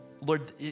Lord